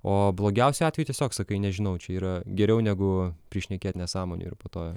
o blogiausiu atveju tiesiog sakai nežinau čia yra geriau negu prišnekėt nesąmonių ir po to